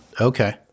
Okay